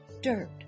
dirt